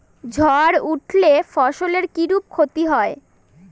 ঝড় উঠলে ফসলের কিরূপ ক্ষতি হয়?